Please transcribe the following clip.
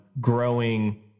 growing